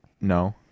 no